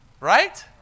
right